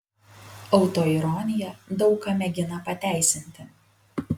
autoironija daug ką mėgina pateisinti